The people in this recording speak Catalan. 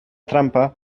trampa